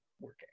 working